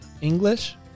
English